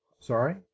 Sorry